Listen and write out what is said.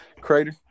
Crater